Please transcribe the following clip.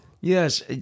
Yes